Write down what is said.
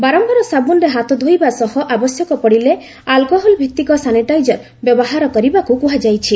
ବାରମ୍ଭାର ସାବୁନ୍ରେ ହାତ ଧୋଇବା ସହ ଆବଶ୍ୟକ ପଡ଼ିଲେ ଆଲ୍କୋହଲ୍ଭିତ୍ତିକ ସାନିଟାଇଜର ବ୍ୟବହାର କରିବାକୁ କୁହାଯାଇଛି